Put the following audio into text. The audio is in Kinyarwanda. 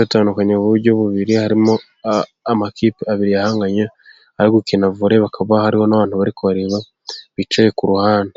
batandukanye mu buryo bubiri harimo amakipe abiri ahanganye ari gukina vore, hakaba hariho n'abantu bari kubareba bicaye ku ruhande.